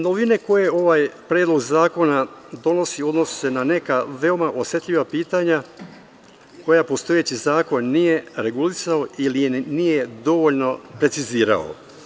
Novine koje ovaj predlog zakona donosi odnose se na neka veoma osetljiva pitanja koja postojeći zakon nije regulisao ili nije dovoljno precizirao.